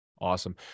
Awesome